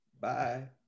Bye